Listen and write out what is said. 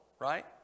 Right